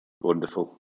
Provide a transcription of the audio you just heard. Wonderful